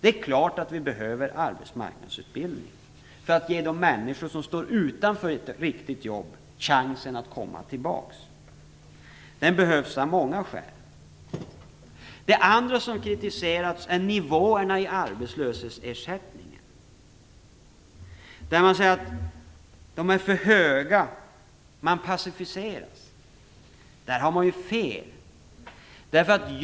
Det är klart att vi behöver arbetsmarknadsutbildningen för att kunna ge de människor som saknar ett riktigt jobb en chans att komma tillbaka. Arbetsmarknadsutbildningen behövs för övrigt av många skäl. Man säger att de är för höga och att människor passiviseras. Där har man fel.